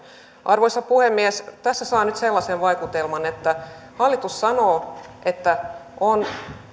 arvoisa puhemies tässä saa nyt sellaisen vaikutelman että hallitus sanoo että on